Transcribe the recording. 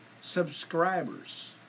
subscribers